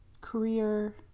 career